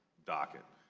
docket.